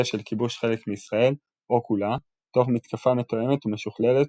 של כיבוש חלק מישראל או כולה תוך מתקפה מתואמת ומשוכללת